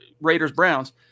Raiders-Browns